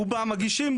הוא בא, מגישים.